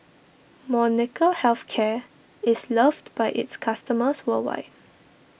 Molnylcke Health Care is loved by its customers worldwide